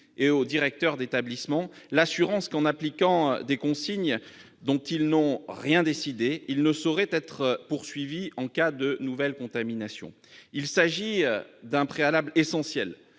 et aux directeurs d'établissement l'assurance que, en appliquant des consignes qu'ils n'ont en rien décidées, ils ne sauraient être poursuivis en cas de nouvelles contaminations. Il s'agit d'un préalable essentiel